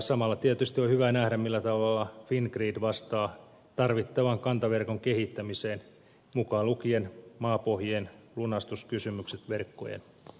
samalla tietysti on hyvä nähdä millä tavalla fingrid vastaa tarvittavan kantaverkon kehittämiseen mukaan lukien maapohjien lunastuskysymykset verkkojen alla